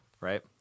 Right